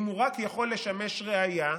אם הוא רק יכול לשמש ראיה,